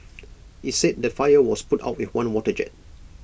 IT said the fire was put out with one water jet